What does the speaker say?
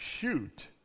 shoot